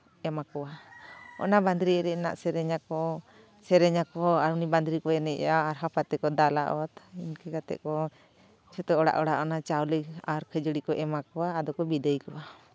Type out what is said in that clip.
ᱮᱢᱟ ᱠᱚᱣᱟ ᱚᱱᱟ ᱵᱟᱸᱫᱽᱨᱤ ᱮᱱᱮᱡ ᱨᱮᱱᱟᱜ ᱥᱮᱨᱮᱧᱟᱠᱚ ᱥᱮᱨᱮᱧᱟᱠᱚ ᱟᱨ ᱩᱱᱤ ᱵᱟᱸᱫᱽᱨᱤ ᱠᱚ ᱮᱱᱮᱡᱮᱭᱟ ᱟᱨ ᱦᱟᱯᱟ ᱛᱮᱠᱚ ᱫᱟᱞᱟ ᱚᱛ ᱤᱱᱠᱟᱹ ᱠᱟᱛᱮᱫ ᱠᱚ ᱡᱷᱚᱛᱚ ᱚᱲᱟᱜᱼᱚᱲᱟᱜ ᱚᱱᱟ ᱪᱟᱣᱞᱮ ᱟᱨ ᱠᱷᱟᱹᱡᱟᱲᱤ ᱠᱚ ᱮᱢᱟᱠᱚᱣᱟ ᱟᱫᱚ ᱠᱚ ᱵᱤᱫᱟᱹᱭ ᱠᱚᱣᱟ